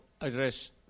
address